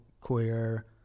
queer